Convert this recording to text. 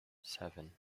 seven